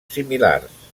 similars